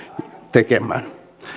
tekemään